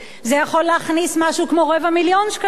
זה יכול להכניס משהו כמו רבע מיליון שקלים.